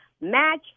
Match